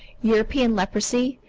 european leprosy,